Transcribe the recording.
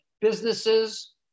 businesses